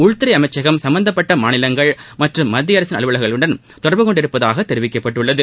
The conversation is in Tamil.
உள்துறை அமைச்சகம் சம்பந்தப்பட்ட மாநிலங்கள் மற்றும் மத்தியஅரசின் அலுவலகங்களுடனும் தொடர்புகொண்டுள்ளதாக தெரிவிக்கப்பட்டுள்ளது